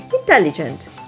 intelligent